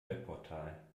webportal